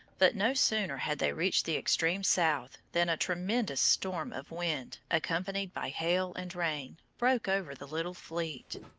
but no sooner had they reached the extreme south than a tremendous storm of wind, accompanied by hail and rain, broke over the little fleet.